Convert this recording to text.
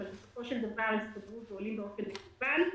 אבל בסופו של דבר הדיונים מנוהלים באופן מקוון.